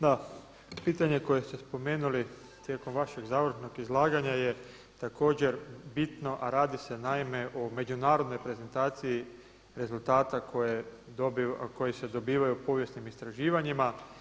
Da, pitanje koje ste spomenuli tijekom vašeg završnog izlaganja je također bitno, a radi se naime o međunarodnoj prezentaciji rezultata koji se dobivaju povijesnim istraživanjima.